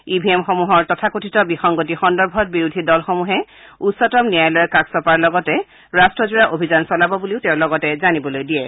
ই V এমসমূহৰ তথাকথিত বিসংগতি সন্দৰ্ভত বিৰোধী দলসমূহে উচ্চতম ন্যায়ালয়ৰ কাষ চপাৰ লগতে ৰাষ্টজোৰা অভিযান চলাব বুলিও তেওঁ লগতে জানিবলৈ দিয়ে